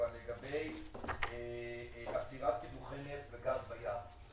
אבל לגבי עצירת קידוחי נפט וגז בים.